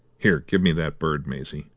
here, give me that bird, maisie,